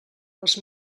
els